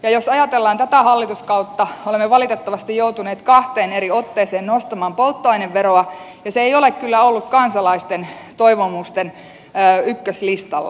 jos ajatellaan tätä hallituskautta olemme valitettavasti joutuneet kahteen eri otteeseen nostamaan polttoaineveroa ja se ei ole kyllä ollut kansalaisten toivomusten ykköslistalla